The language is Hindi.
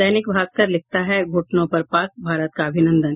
दैनिक भास्कर लिखता है घूटनों पर पाक भारत का अभिनंदन